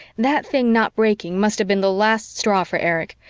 that thing not breaking must have been the last straw for erich.